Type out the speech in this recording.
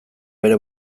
bere